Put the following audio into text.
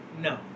No